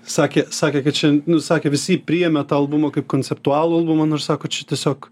sakė sakė kad šian nu sakė visi jį priėmė tą albumą kaip konceptualų albumą nors sako čia tiesiog